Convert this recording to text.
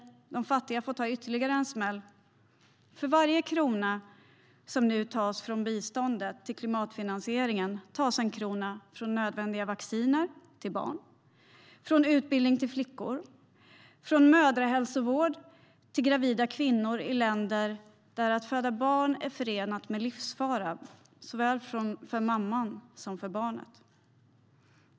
De fattiga får ta ytterligare en smäll. För varje krona som nu tas från biståndet till klimatfinansieringen tas en krona från nödvändiga vacciner till barn, från utbildning för flickor, från mödrahälsovård till gravida kvinnor i länder där att föda barn är förenat med livsfara såväl för mamman som för barnet.